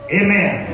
amen